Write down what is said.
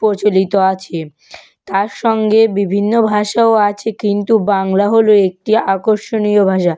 প্রচলিত আছে তার সঙ্গে বিভিন্ন ভাষাও আছে কিন্তু বাংলা হল একটি আকর্ষণীয় ভাষা